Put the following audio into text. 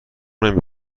نمی